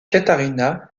katharina